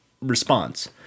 response